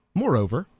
moreover,